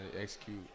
execute